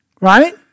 Right